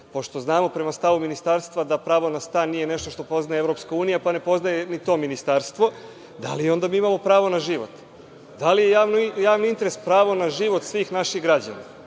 Pošto znamo, prema stavu ministarstva, da pravo na stan nije nešto što poznaje EU, pa ne poznaje ni to ministarstvo, da li mi onda imamo pravo na život? Da li je javni interes pravo na život svih naših građana?